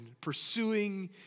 pursuing